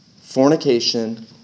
Fornication